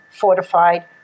fortified